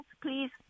please